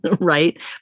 right